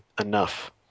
enough